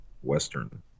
western